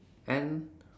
N